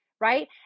Right